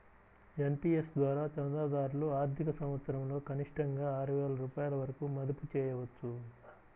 NPS ద్వారా చందాదారులు ఆర్థిక సంవత్సరంలో కనిష్టంగా ఆరు వేల రూపాయల వరకు మదుపు చేయవచ్చు